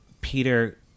peter